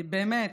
באמת.